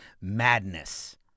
madness